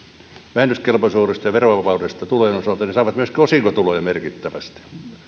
vähennyskelpoisuudesta ja verovapaudesta tulojen osalta saivat myöskin osinkotuloja merkittävästi